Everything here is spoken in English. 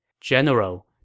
General